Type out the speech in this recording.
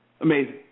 amazing